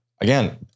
again